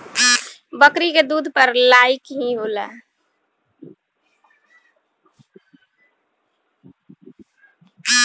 बकरी के दूध घर लायक ही होला